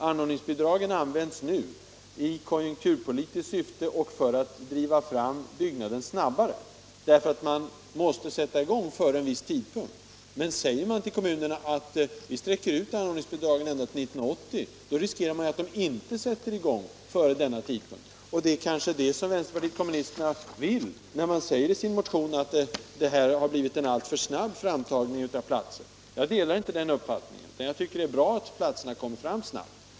Anordningsbidraget används nu i konjunkturpolitiskt syfte och för att driva fram utbyggnaden snabbare. Byggenskapen måste då sättas i gång före en viss tidpunkt. Men säger man till kommunerna att tiden för beviljandet av anordningsbidrag sträcks ut ända till 1980, riskerar man att de inte sätter i gång utbyggnaden lika tidigt — det är kanske det som vänsterpartiet kommunisterna vill när man i sin motion säger att det blivit en alltför snabb framtagning av daghemsplatser. Jag delar inte den uppfattningen utan tycker att det är bra att platserna kommer fram snabbt.